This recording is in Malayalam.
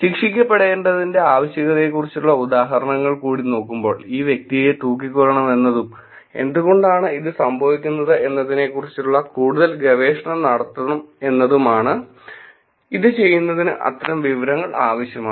ശിക്ഷിക്കപ്പെടേണ്ടതിന്റെ ആവശ്യകതയെകുറിച്ചുള്ള ഉദാഹരണങ്ങൾ കൂടി നോക്കുമ്പോൾ ഈ വ്യക്തിയെ തൂക്കിക്കൊല്ലണം എന്നതും എന്തുകൊണ്ടാണ് ഇത് സംഭവിക്കുന്നത് എന്നതിനെക്കുറിച്ച് കൂടുതൽ ഗവേഷണം നടത്തണം എന്നതുമാണ് ഇത് ചെയ്യുന്നതിന് അത്തരം വിവരങ്ങൾ ആവശ്യമാണ്